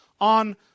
on